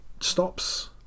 stops